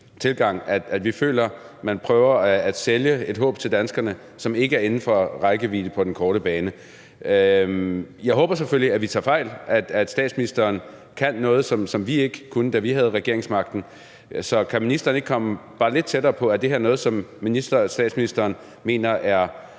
tilgang til det. Vi føler, at man prøver at sælge et håb til danskerne, som ikke er inden for rækkevidde på den korte bane. Jeg håber selvfølgelig, at vi tager fejl, og at statsministeren kan noget, som vi ikke kunne, da vi havde regeringsmagten. Så kan ministeren ikke komme bare lidt tættere på det? Er det her noget, som statsministeren mener er